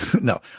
no